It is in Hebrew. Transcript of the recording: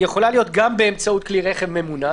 יכולה להיות גם באמצעות כלי רכב ממונע.